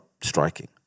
striking